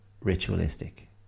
ritualistic